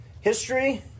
history